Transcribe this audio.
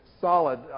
solid